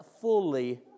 fully